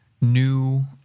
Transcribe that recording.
new